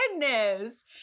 goodness